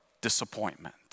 disappointment